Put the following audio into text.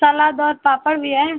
सलाद और पापड़ भी है